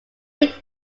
think